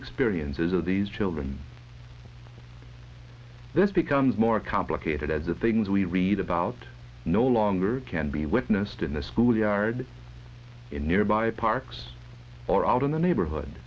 experiences of these children this becomes more complicated as the things we read about no longer can be witnessed in the school yard in nearby parks or out in the neighborhood